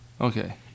okay